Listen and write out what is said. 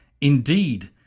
Indeed